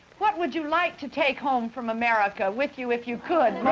what would you like to take home from america with you if you could?